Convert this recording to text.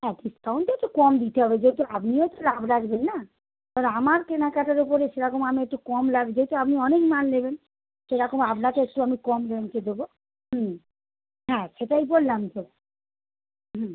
হ্যাঁ ডিসকাউন্টে তো কম দিতে হবে যেহেতু আপনিও তো লাভ রাখবেন না এবার আমার কেনাকাটার ওপরে সেরকম আমি একটু কম লাভ যেহেতু আপনি অনেক মাল নেবেন সেরকম আপনাকে একটু আমি কম রেঞ্জে দেবো হুম হ্যাঁ সেটাই বললাম তো হুম